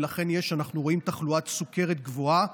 ולכן אנחנו רואים תחלואת סוכרת גבוהה,